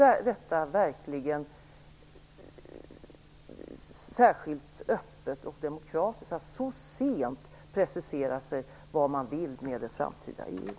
Är det verkligen särskilt öppet och demokratiskt att så sent precisera vad man vill med det framtida EU?